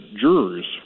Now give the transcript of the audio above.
jurors